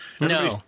No